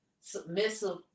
submissive